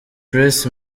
press